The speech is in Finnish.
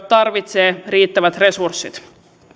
tarvitsee riittävät resurssit